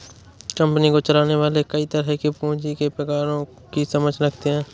company को चलाने वाले कई तरह के पूँजी के प्रकारों की समझ रखते हैं